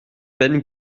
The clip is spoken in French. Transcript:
peine